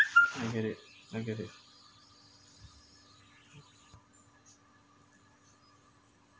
I get it I get it